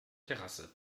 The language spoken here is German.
terrasse